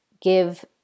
give